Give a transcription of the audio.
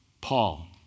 Paul